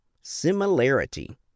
similarity